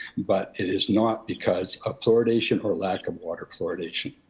but it is not because of fluoridation or lack of water fluoridation.